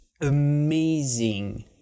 amazing